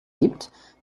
gibt